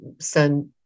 send